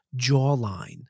jawline